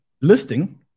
listing